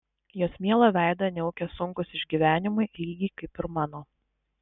jos mielą veidą niaukia sunkūs išgyvenimai lygiai kaip ir mano